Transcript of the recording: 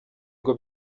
ngo